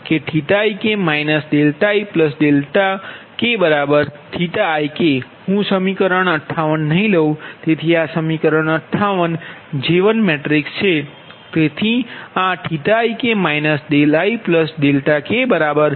હું સમીકરણ 58 નહીં લઉં તેથી આ સમીકરણમાં 58 J1 મેટ્રિક્સ છે તેથી આ ik ik બરાબર